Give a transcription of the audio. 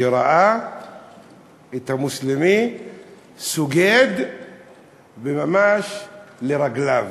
שראה את המוסלמי סוגד וממש לרגליו.